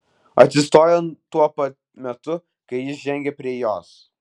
atsistojo tuo pat metu kai jis žengė prie jos